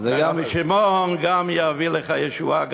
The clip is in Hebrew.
ורבי שמעון יביא לך ישועה,